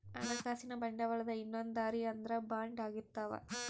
ಹಣಕಾಸಿನ ಬಂಡವಾಳದ ಇನ್ನೊಂದ್ ದಾರಿ ಅಂದ್ರ ಬಾಂಡ್ ಆಗಿರ್ತವ